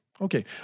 Okay